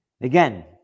Again